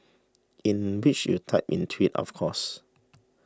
in which you typed in twit of course